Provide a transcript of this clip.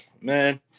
Man